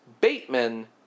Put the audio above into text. Bateman